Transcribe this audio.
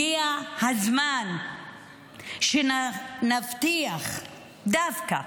הגיע הזמן שנבטיח דווקא